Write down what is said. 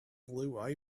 blue